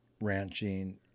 ranching